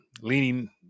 leaning